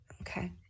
Okay